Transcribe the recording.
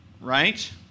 right